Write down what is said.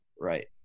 right